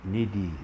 Needy